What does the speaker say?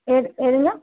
என்னங்க